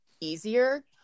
easier